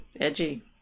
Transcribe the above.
edgy